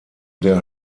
der